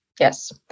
Yes